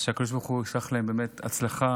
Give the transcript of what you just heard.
שהקדוש ברוך הוא ישלח להם באמת הצלחה,